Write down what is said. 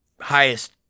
highest